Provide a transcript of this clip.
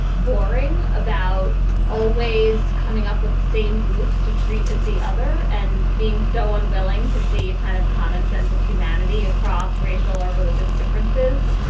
boring about always coming up with the same groups to treat as the other and being so unwilling to see a kind of common sense of humanity across racial or religious differences.